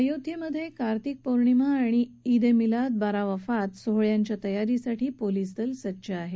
अयोध्येमधे कार्तिक पौर्णिमा आणि इद ए मिलाद बारावफात सोहळ्यांच्या तयारीसाठी पोलीसदल सज्ज आहे